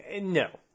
No